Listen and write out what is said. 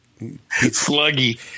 Sluggy